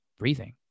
breathing